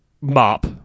MOP